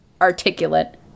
articulate